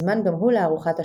הוזמן גם הוא לארוחת השבת,